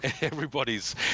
everybody's